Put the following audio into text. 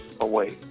away